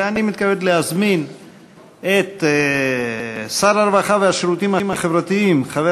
אני מתכבד להזמין את שר הרווחה והשירותים החברתיים חבר